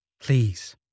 Please